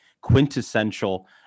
quintessential